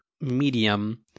medium